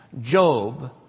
Job